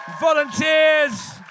Volunteers